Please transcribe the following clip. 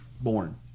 born